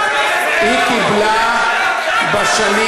היא קיבלה בשנים